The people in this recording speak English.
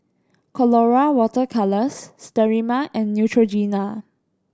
Colora Water Colours Sterimar and Neutrogena